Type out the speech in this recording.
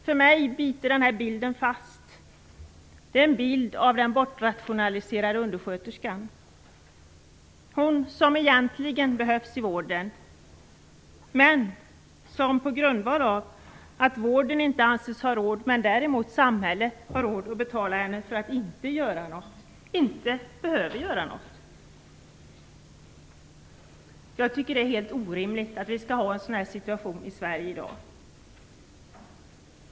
Hos mig biter sig bilden av den bortrationaliserade undersköterskan fast - hon som egentligen behövs i vården men som på grund av att inte vården, men däremot samhället, anses ha råd att betala för henne inte behöver göra något. Jag tycker att det är helt orimligt att vi i Sverige i dag skall ha en sådan situation.